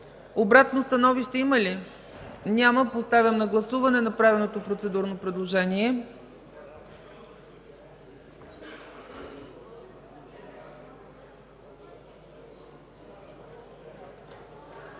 Обратно становище има ли? Няма. Поставям на гласуване направеното процедурно предложение.